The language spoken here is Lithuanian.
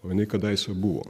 o jinai kadaise buvo